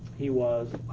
he was,